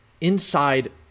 inside